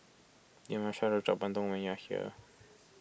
you must try Rojak Bandung when you are here